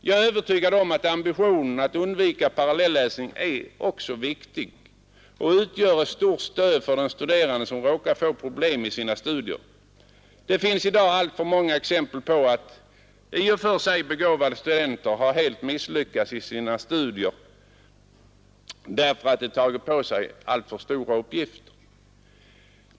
Jag är övertygad om att ambitionen att undvika parallelläsning också är viktig och utgör ett stort stöd för den studerande som råkar få problem i sina studier. Det finns i dag alltför många exempel på att i och för sig begåvade studenter har helt misslyckats i sina studier därför att de tagit på sig alltför stora uppgifter.